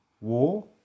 war